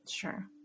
Sure